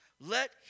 let